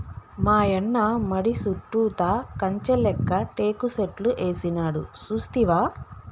మాయన్న మడి సుట్టుతా కంచె లేక్క టేకు సెట్లు ఏసినాడు సూస్తివా